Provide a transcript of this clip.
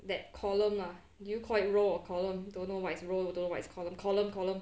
that column lah do you call it row or column don't know what's row don't know what's column column column